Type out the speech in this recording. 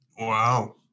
Wow